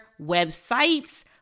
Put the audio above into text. websites